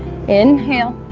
inhale